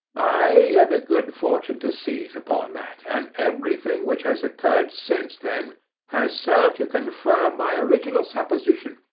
i had the good fortune to seize upon that, and everything which has occurred since then has served to confirm my original supposition,